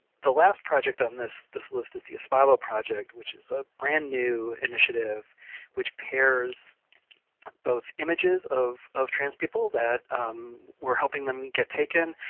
the last project on this this list is the espavo project, which is a brand-new initiative which pairs both images of of trans people that we're helping them get taken,